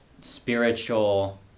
spiritual